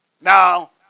now